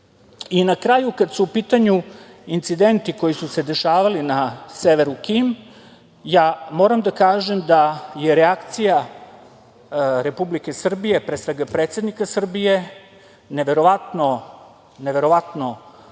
kraju, kada su u pitanju incidenti koji su se dešavali na severu KiM, moram da kažem je reakcija Republike Srbije, pre svega predsednika Srbije, neverovatno mudra,